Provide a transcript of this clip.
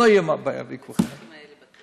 לא תהיה בעיה בעקבות זה.